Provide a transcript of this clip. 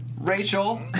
Rachel